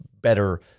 better